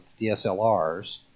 DSLRs